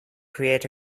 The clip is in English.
create